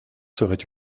serait